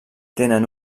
tenen